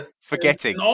forgetting